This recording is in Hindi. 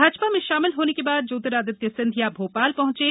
भाजपा में शामिल होने के बाद ज्योतिरादित्य सिंधिया भोपाल पहुंचे